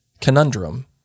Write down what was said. conundrum